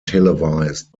televised